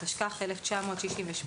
התשכ"ח-1968